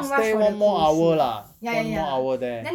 stay one more hour lah one more hour there